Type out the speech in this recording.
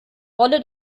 rolle